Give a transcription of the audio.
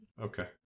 okay